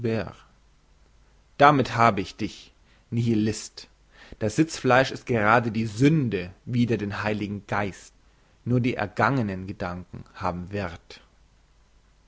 damit habe ich dich nihilist das sitzfleisch ist gerade die sünde wider den heiligen geist nur die ergangenen gedanken haben werth